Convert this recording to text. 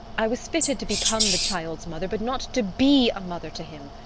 i was fitted to become the child's mother, but not to be a mother to him.